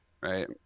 right